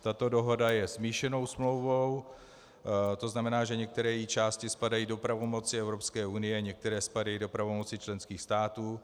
Tato dohoda je smíšenou smlouvou, tzn. že některé její části spadají do pravomoci Evropské unie, některé spadají do pravomoci členských států.